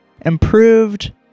improved